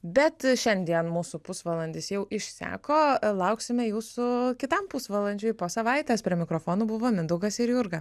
bet šiandien mūsų pusvalandis jau išseko lauksime jūsų kitam pusvalandžiui po savaitės prie mikrofonų buvo mindaugas ir jurga